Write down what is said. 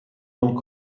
hong